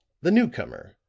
the newcomer,